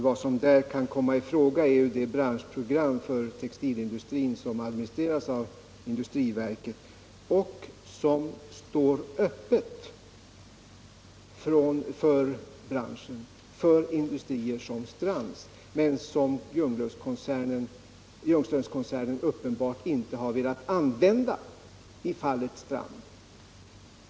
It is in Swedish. Vad som här kan komma i fråga är det branschprogram för textilindustrin som administreras av industriverket och som står öppet för industrier som Strands som Ljungströmskoncernen uppenbarligen inte har velat använda i fallet Strands.